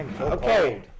Okay